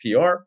PR